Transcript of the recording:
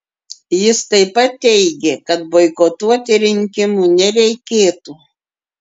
jis taip pat teigė kad boikotuoti rinkimų nereikėtų